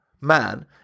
man